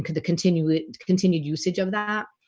the continued continued usage of that?